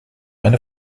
eine